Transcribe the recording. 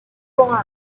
warm